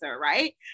right